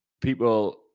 people